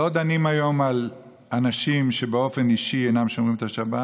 לא דנים היום על אנשים שבאופן אישי אינם שומרים את השבת